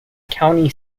county